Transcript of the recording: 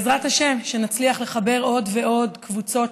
בעזרת השם שנצליח לחבר עוד ועוד קבוצות